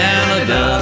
Canada